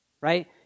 right